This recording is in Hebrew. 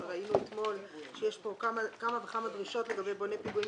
ראינו אתמול שיש כמה דרישות לגבי בונה פיגומים